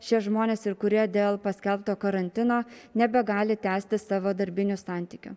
šie žmonės ir kurie dėl paskelbto karantino nebegali tęsti savo darbinių santykių